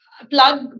Plug